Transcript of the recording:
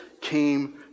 came